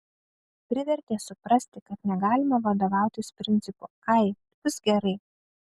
privertė suprasti kad negalima vadovautis principu ai bus gerai